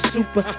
Super